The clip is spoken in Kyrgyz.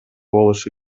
болушу